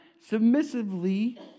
submissively